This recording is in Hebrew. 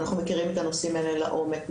אנחנו מכירים את הנושאים האלה לעומק מהשטח,